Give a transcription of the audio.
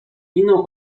inną